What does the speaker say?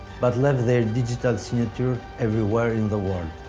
but left their digital signature everywhere in the world,